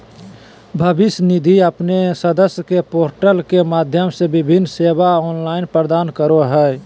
भविष्य निधि अपन सदस्य के पोर्टल के माध्यम से विभिन्न सेवा ऑनलाइन प्रदान करो हइ